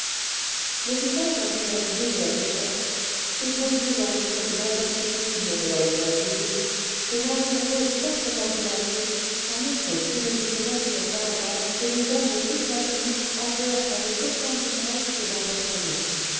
le visage un peu fatigué de la duchesse ses beaux yeux entourés d'une imperceptible auréole d'azur ses narines roses fortement dilatées annonçaient une de ces natures ardentes que les hommes peu platoniques adorent avec autant d'ivresse que d'emportement